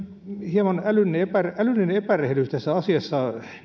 hieman älyllinen epärehellisyys tässä asiassa